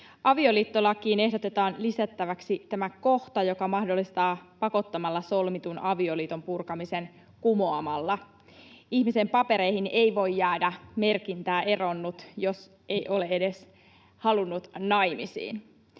Avioliittolakiin ehdotetaan lisättäväksi tämä kohta, joka mahdollistaa pakottamalla solmitun avioliiton purkamisen kumoamalla. Ihmisen papereihin ei voi jäädä merkintää ”eronnut”, jos ei ole edes halunnut naimisiin.